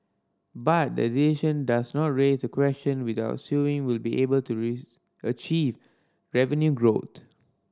but the decision does no raise the question whether Sewing will be able to achieve revenue growth